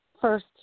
first